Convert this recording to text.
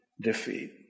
defeat